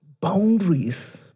boundaries